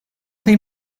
they